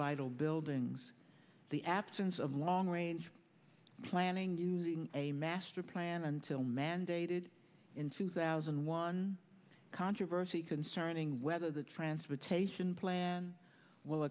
vital buildings the absence of long range planning using a master plan until mandated in two thousand and one controversy concerning whether the transportation plan will